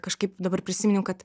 kažkaip dabar prisiminiau kad